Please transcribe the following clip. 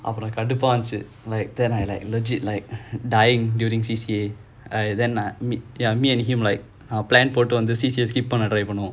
அப்புறம் கடுப்பா இருந்துச்சி:appuram kadupaa irunthuchi like then I like legit like dying during C_C_A I then I meet ya me and him like uh plan போட்டு வந்து:pottu vanthu C_C_A skip பண்ண:panna try பண்ணோம்:pannom the C_C_A I don't even know